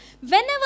Whenever